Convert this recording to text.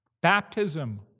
Baptism